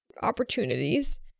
opportunities